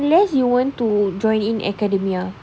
unless you want to join in academia